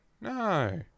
No